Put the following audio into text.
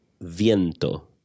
viento